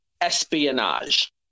espionage